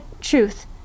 truth